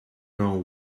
know